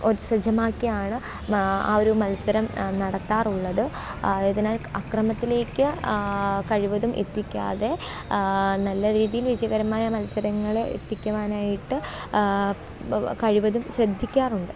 ഒരു സജ്ജമാക്കിയാണ് ആ ഒരു മത്സരം നടത്താറുള്ളത് ആയതിനാല് അക്രമത്തിലേക്ക് കഴിവതും എത്തിക്കാതെ നല്ല രീതിയില് വിജയകരമായ മത്സരങ്ങൾ എത്തിക്കുവനായിട്ട് കഴിവതും ശ്രദ്ധിക്കാറുണ്ട്